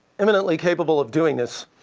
eminently capable of doing this.